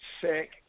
sick